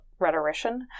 rhetorician